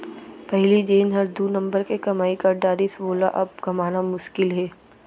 पहिली जेन हर दू नंबर के कमाई कर डारिस वोला अब कमाना मुसकिल हे